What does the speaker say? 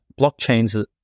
blockchains